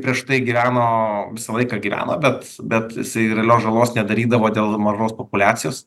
prieš tai gyveno visą laiką gyveno bet bet jisai realios žalos nedarydavo dėl mažos populiacijos